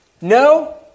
No